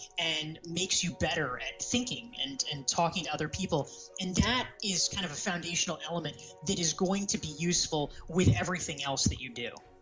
and it makes you better at thinking and and talking to other people, and that is kind of a foundational element that is going to be useful with everything else that you do.